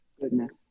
Goodness